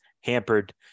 hampered